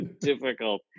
difficult